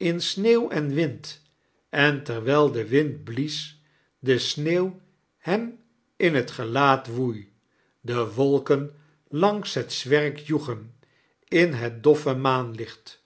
in sneeuw en wind en terwijl de wind blies de sneeuw hem in fc gelaat woei de wolken langs hot zwerk joegeiii in het doffe maanliclit